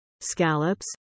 scallops